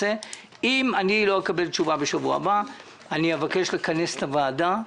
אם אני לא אקבל תשובה בשבוע הבא אני אבקש לכנס שוב את הוועדה.